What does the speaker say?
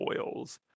oils